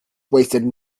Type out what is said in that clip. wasted